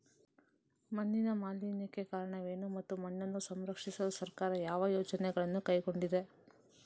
ಮಣ್ಣಿನ ಮಾಲಿನ್ಯಕ್ಕೆ ಕಾರಣವೇನು ಮತ್ತು ಮಣ್ಣನ್ನು ಸಂರಕ್ಷಿಸಲು ಸರ್ಕಾರ ಯಾವ ಯೋಜನೆಗಳನ್ನು ಕೈಗೊಂಡಿದೆ?